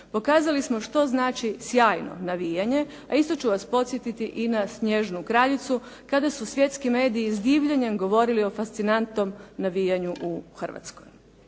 Pokazali smo što znači sjajno navijanje, a isto ću vas podsjetiti i na “Snježnu kraljicu“ kada su svjetski mediji s divljenjem govorili o fascinantnom navijanju u Hrvatskoj.